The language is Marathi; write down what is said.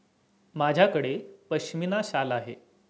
माझ्याकडे पश्मीना शाल आहे